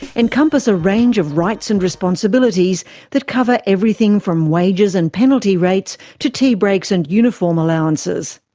encompass a range of rights and responsibilities that cover everything from wages and penalty rates to tea breaks and uniform allowances.